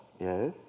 Yes